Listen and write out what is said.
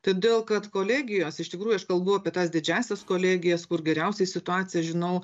todėl kad kolegijos iš tikrųjų aš kalbu apie tas didžiąsias kolegijas kur geriausiai situaciją žinau